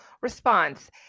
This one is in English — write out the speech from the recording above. response